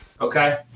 Okay